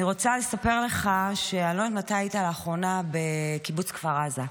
אני לא יודעת מתי היית לאחרונה בקיבוץ כפר עזה.